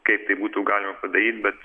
kaip tai būtų galima padaryt bet